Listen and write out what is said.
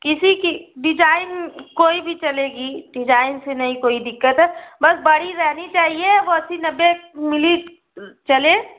किसी की डिजाइन कोई भी चलेगी डिजाइन से नहीं कोई दिक्कत है बस बड़ी रहनी चाहिए वो अस्सी नब्बे मिली चले